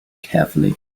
carefully